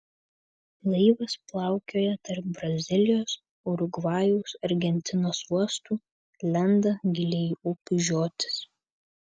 laivas plaukioja tarp brazilijos urugvajaus argentinos uostų lenda giliai į upių žiotis